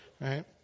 right